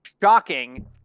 Shocking